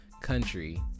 country